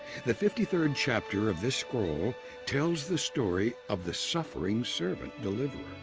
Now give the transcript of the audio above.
the fifty third chapter of this scroll tells the story of the suffering servant deliverer.